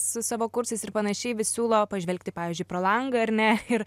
su savo kursais ir panašiai vis siūlo pažvelgti pavyzdžiui pro langą ar ne ir